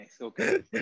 Okay